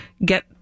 Get